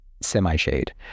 semi-shade